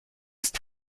ist